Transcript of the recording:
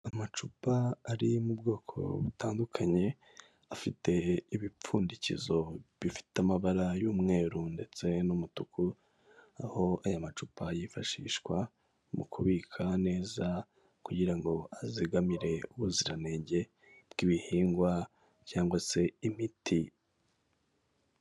Amacupa ari mu bwoko butandukanye, afite ibipfundikizo bifite amabara y'umweru ndetse n'umutuku, aho aya macupa yifashishwa mu kubika neza kugira ngo azigamire ubuziranenge bw'ibihingwa cyangwa se imiti.